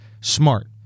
Smart